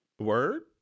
Word